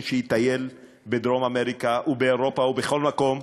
שיטייל בדרום אמריקה ובאירופה ובכל מקום,